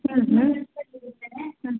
ಹ್ಞೂ ಹ್ಞೂ ಹ್ಞೂ